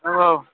औ औ